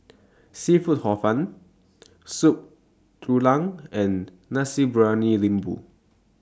Seafood Hor Fun Soup Tulang and Nasi Briyani Lembu